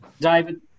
David